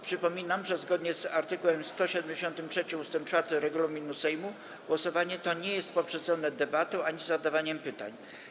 Przypominam, że zgodnie z art. 173 ust. 4 regulaminu Sejmu głosowanie to nie jest poprzedzone debatą ani zadawaniem pytań.